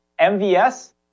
MVS